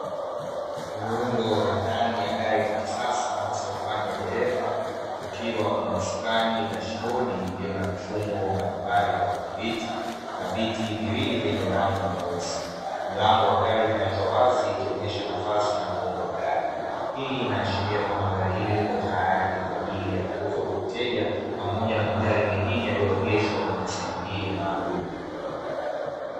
Miundo ya ndani ya gari la kisasa, hasa upande wa dereva, kukiwa kuna usukani, dashibodi iliyo na vifungo mbalimbali vya kudhibiti, na viti viwili vyenye rangi nyeusi; mlango wa gari umeachwa wazi, ukionyesha nafasi na muundo wa gari, hii inaashiria kwamba gari hili liko tayari kwa ajili ya kuuzwa kwa mteja, pamoja na magari mengine yaliyoegeshwa kwenye sehemu hii maalumu.